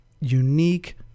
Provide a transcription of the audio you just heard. unique